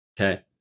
Okay